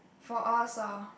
for us ah